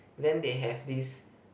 then they have this